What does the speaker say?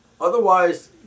Otherwise